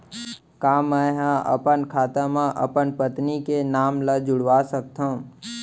का मैं ह अपन खाता म अपन पत्नी के नाम ला जुड़वा सकथव?